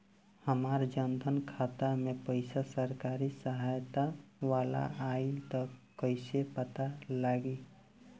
हमार जन धन खाता मे पईसा सरकारी सहायता वाला आई त कइसे पता लागी?